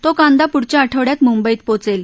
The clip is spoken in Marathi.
तो कांदा पुढच्या आठवडयात मुंबईत पोचेल